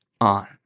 on